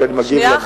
מה אדוני מבקש?